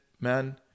man